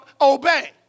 obey